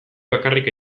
bakarrik